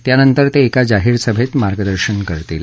त्यानंतर ते एका जाहीर सभेत मार्गदर्शन करतील